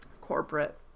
corporate